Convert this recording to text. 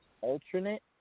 alternate